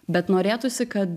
bet norėtųsi kad